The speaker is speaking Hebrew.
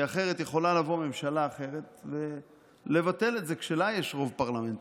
אחרת יכולה לבוא ממשלה אחרת ולבטל את זה כשלה יש רוב פרלמנטרי.